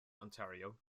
ontario